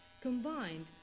combined